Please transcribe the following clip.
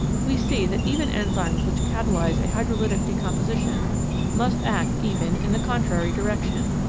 we see that even enzymes which catalyse a hydrolytic decomposi tion must act even in the contrary direction,